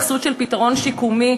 בחסות של פתרון שיקומי,